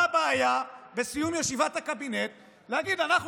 מה הבעיה בסיום ישיבת הקבינט להגיד: אנחנו